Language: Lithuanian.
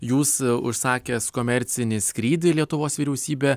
jūs užsakęs komercinį skrydį lietuvos vyriausybė